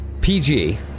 PG